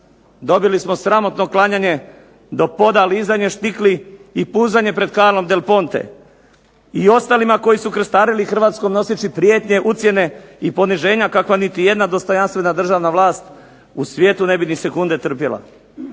Dobili smo sramotno klanjanje do poda, lizanje štikli i puzanje pred Carlom del Ponte. I ostalima koji su krstarili Hrvatskom noseći prijetnje, ucjene i poniženja kakva niti jedna dostojanstvena državna vlast u svijetu ne bi ni sekunde trpjela.